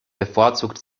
bevorzugt